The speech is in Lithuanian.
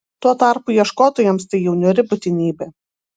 tuo tarpu ieškotojams tai jau niūri būtinybė